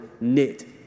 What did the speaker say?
knit